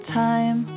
time